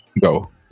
Go